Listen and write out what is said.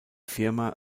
firma